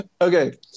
Okay